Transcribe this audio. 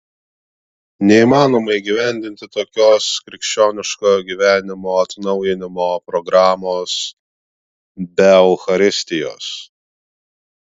neįmanoma įgyvendinti tokios krikščioniškojo gyvenimo atnaujinimo programos be eucharistijos